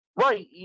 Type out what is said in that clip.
Right